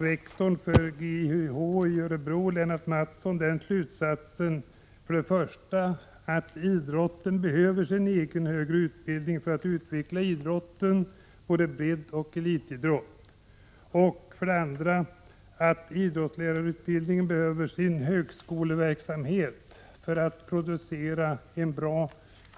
Rektorn för GIH i Örebro, Lennart Mattsson, drar där slutsatsen att idrotten behöver sin egen högre utbildning för det första för att utveckla idrotten, både bredd och elitidrott, och för det andra